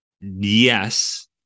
yes